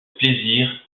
plaisir